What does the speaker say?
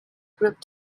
group